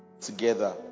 together